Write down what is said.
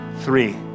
three